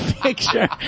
picture